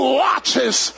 watches